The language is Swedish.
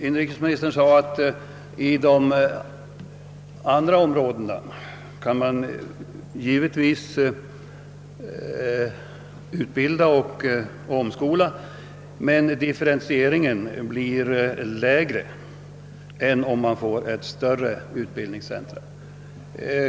Inrikesministern sade att man i de andra områdena givetvis kan utbilda och omskola, men differentieringen blir lägre än om man får ett större utbildningscentrum.